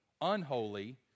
unholy